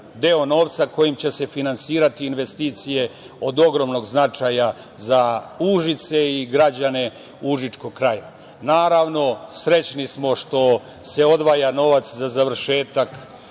deo novca kojim će se finansirati investicije od ogromnog značaja za Užice i građane užičkog kraja. Naravno srećni smo što se odvaja novac za završetak